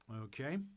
Okay